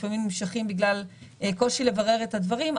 לפעמים הם נמשכים בגלל קושי לברר את הדברים,